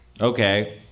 Okay